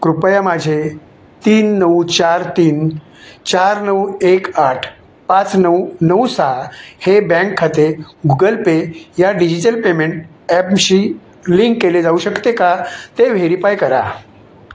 कृपया माझे तीन नऊ चार तीन चार नऊ एक आठ पाच नऊ नऊ सहा हे बँक खाते गुगल पे या डिजिटल पेमेंट ॲपशी लिंक केले जाऊ शकते का ते व्हेरीफाय करा